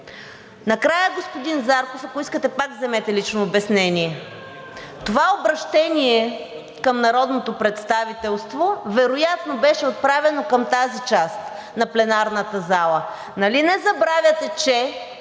Накрая, господин Зарков, ако искате, пак вземете лично обяснение. Това обръщение към народното представителство вероятно беше отправено към тази част на пленарната зала. Нали не забравяте, че